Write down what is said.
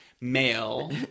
male